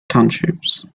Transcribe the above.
townships